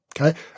okay